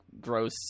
gross